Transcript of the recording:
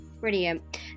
brilliant